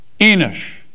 Enosh